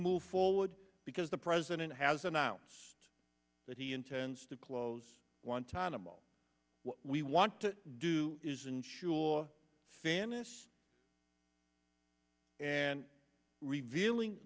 move forward because the president has announced that he intends to close guantanamo we want to do is ensure fairness and revealing